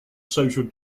social